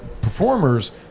performers